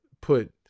put